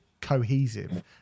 cohesive